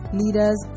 leaders